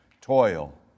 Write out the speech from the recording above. toil